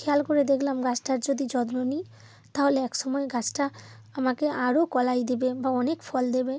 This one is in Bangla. খেয়াল করে দেখলাম গাছটার যদি যত্ন নিই তাহলে এক সময় গাছটা আমাকে আরো কলাই দেবে বা অনেক ফল দেবে